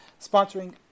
sponsoring